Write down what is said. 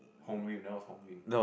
Hong Yun that was Hong Yun